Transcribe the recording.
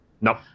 Nope